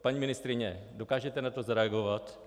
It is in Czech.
Paní ministryně, dokážete na to zareagovat?